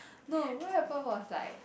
no what happen was like